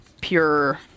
pure